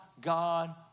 God